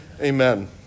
Amen